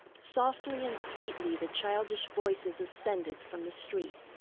softly and sweetly the childish voices ascended from the street.